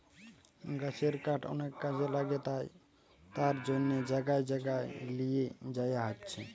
গাছের কাঠ অনেক কাজে লাগে তাই তার জন্যে জাগায় জাগায় লিয়ে যায়া হচ্ছে